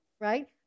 right